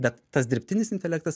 bet tas dirbtinis intelektas